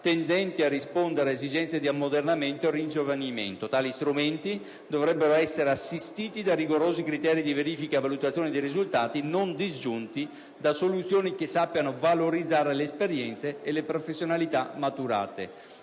tendenti a rispondere a esigenze di ammodernamento e ringiovanimento. Tali strumenti dovrebbero essere assistiti da rigorosi criteri di verifica e valutazione dei risultati, non disgiunti da soluzioni che sappiano valorizzare le esperienze e le professionalità maturate.